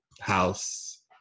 house